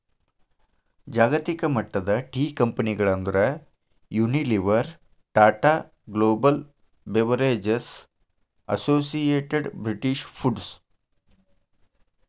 ಜಾಗತಿಕಮಟ್ಟದ ಟೇಕಂಪೆನಿಗಳಂದ್ರ Unilever, Tata Global Beverages, Associated British foods